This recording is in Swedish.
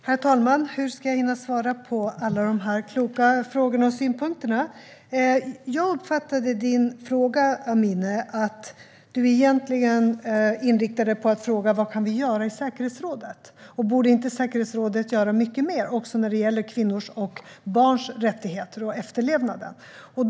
Herr talman! Hur ska jag hinna svara på alla dessa kloka frågor och synpunkter? Jag uppfattade Amineh Kakabavehs fråga som att hon undrade vad vi kan göra i säkerhetsrådet och om inte säkerhetsrådet borde göra mycket mer också när det gäller kvinnors och barns rättigheter och när det gäller efterlevnaden av detta.